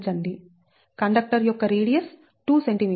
conductor యొక్క radius 2cm